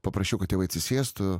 paprašiau kad atsisėstų